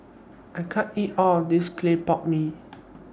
I can't eat All of This Clay Pot Mee